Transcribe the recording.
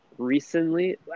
Recently